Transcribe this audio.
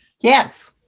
Yes